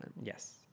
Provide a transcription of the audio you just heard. Yes